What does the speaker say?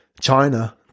china